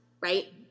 right